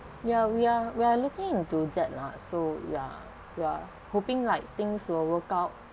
yeah we are we are looking to that lah so yeah we are hoping like things will work out